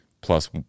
plus